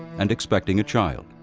and expecting a child.